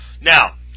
Now